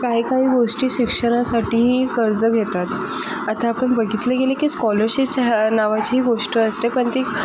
काही काही गोष्टी शिक्षणासाठी कर्ज घेतात आता आपण बघितलं गेलं की स्कॉलरशीपच्या ह्या नावाची गोष्ट असते पण ती